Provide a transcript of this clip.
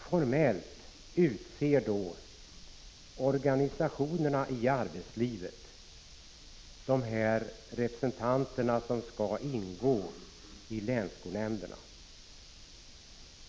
Formellt utser organisationerna på arbetsmarknaden de representanter som skall ingå i länsskolnämnderna.